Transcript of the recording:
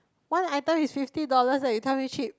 one item is fifty dollars leh you tell me cheap